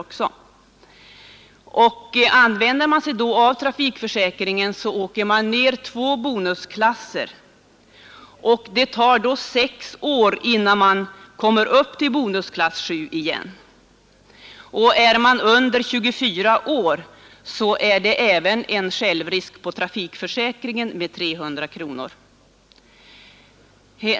Begagnar man sig då av trafikförsäkringen, åker man ner två bonusklasser och det tar sedan sex år innan man kommer upp till bonusklass 7 igen. Är man dess under 24 år har man på trafikförsäkringen även en självrisk på 300 kronor.